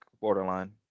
borderline